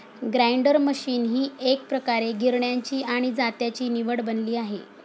grinder machine ही एकप्रकारे गिरण्यांची आणि जात्याची निवड बनली आहे